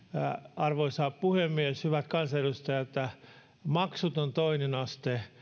arvoisa puhemies hyvät kansanedustajat maksuton toinen aste